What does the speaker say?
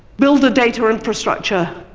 build a data infrastructure,